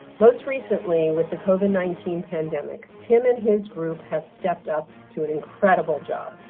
most recently with the coven nineteen pandemic tim and his group have stepped up to an incredible job.